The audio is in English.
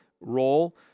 role